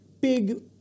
big